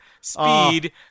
Speed